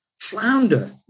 flounder